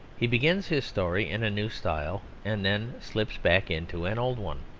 he begins his story in a new style and then slips back into an old one.